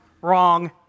Wrong